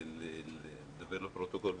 לדבר לפרוטוקול,